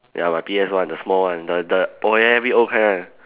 ya my P_S one the small one the the old kind one